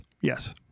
yes